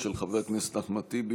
של חבר הכנסת אחמד טיבי,